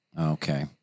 Okay